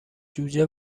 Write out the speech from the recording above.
جوجه